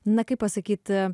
na kaip pasakyt